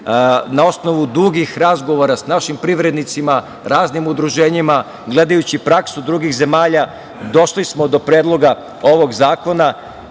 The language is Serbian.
Na osnovu dugih razgovora sa našim privrednicima, raznim udruženjima, gledajući praksu drugih zemalja došli smo do predloga ovog zakona